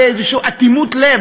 באיזו אטימות לב,